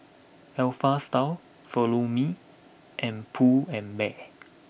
Alpha Style Follow Me and Pull and Bear